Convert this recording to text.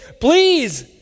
please